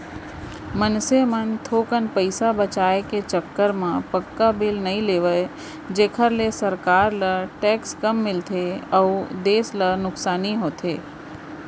मनसे मन थोकन पइसा बचाय के चक्कर म पक्का बिल नइ लेवय जेखर ले सरकार ल टेक्स कम मिलथे अउ देस ल नुकसानी होथे